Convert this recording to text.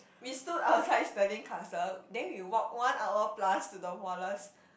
we stood outside Stirling Castle then we walk one hour plus to the Wallace